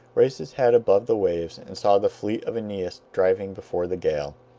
raised his head above the waves, and saw the fleet of aeneas driving before the gale.